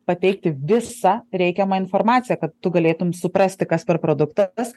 pateikti visą reikiamą informaciją kad tu galėtum suprasti kas per produktas